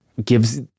gives